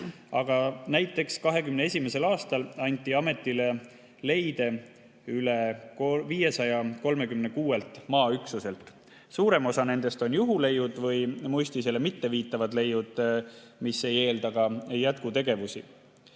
Aga näiteks 2021. aastal anti ametile leide üle 536 maaüksuselt. Suurem osa nendest on juhuleiud või muistisele mitteviitavad leiud, mis ei eelda ka jätkutegevusi.